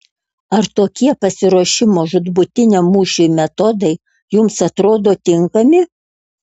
ar tokie pasiruošimo žūtbūtiniam mūšiui metodai jums atrodo tinkami